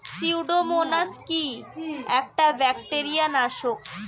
Pseudomonas কি একটা bacteria নাশক?